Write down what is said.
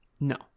No